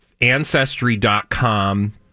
ancestry.com